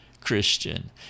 Christian